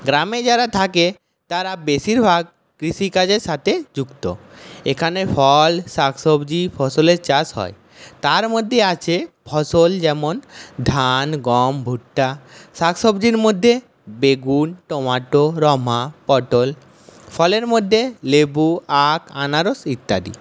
গ্রামে যারা থাকে তারা বেশীরভাগ কৃষিকাজের সাথে যুক্ত এখানে ফল শাকসবজি ফসলের চাষ হয় তার মধ্যে আছে ফসল যেমন ধান গম ভুট্টা শাকসবজির মধ্যে বেগুন টমাটো রমা পটল ফলের মধ্যে লেবু আখ আনারস ইত্যাদি